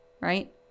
right